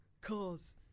cause